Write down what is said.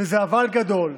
וזה אבל גדול,